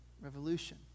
revolution